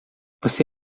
você